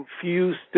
confused